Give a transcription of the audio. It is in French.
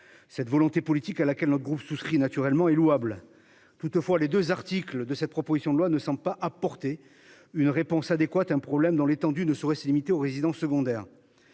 cette volonté politique à laquelle notre groupe souscrit naturellement est louable. Toutefois les 2 articles de cette proposition de loi ne sont pas apporter une réponse adéquate, un problème dans l'étendue ne saurait se limiter aux résidents secondaires.